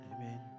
Amen